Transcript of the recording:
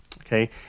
okay